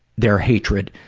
their hatred